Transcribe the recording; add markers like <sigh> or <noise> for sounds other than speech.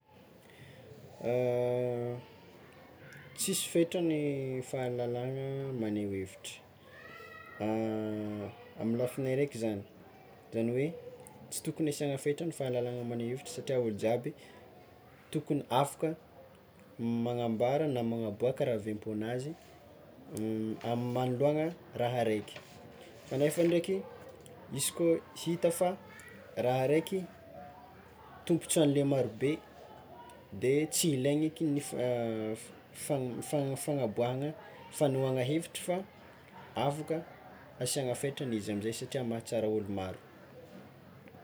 <hesitation> Tsisy fetrany fahalalahagna maneho hevitra, <hesitation> amy lafiny araiky zany, zany hoe tsy tokony asiagna fetrany fahalalahagna maneho hevitra satria olo jiaby tokony afaka magnambara na magnaboaka raha avy am-ponazy <hesitation> am- manoloana raha araiky fa nefany ndraiky, izy koa hita fa raha araiky tombontsoanle marobe de tsy ilaigny eky ny fa- fana- fanaboahana fanehoana hevitry fa afaka asiana fetrany izy amizay fa mahatsara olo maro.